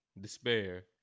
despair